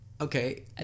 Okay